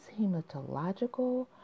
hematological